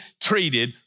treated